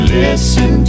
listen